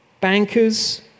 bankers